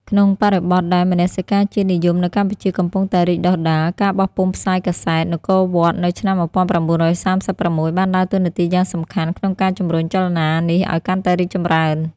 ក្នុងបរិបទដែលមនសិការជាតិនិយមនៅកម្ពុជាកំពុងតែរីកដុះដាល ការបោះពុម្ពផ្សាយកាសែត នគរវត្ត នៅឆ្នាំ១៩៣៦ បានដើរតួនាទីយ៉ាងសំខាន់ក្នុងការជំរុញចលនានេះឱ្យកាន់តែរីកចម្រើន។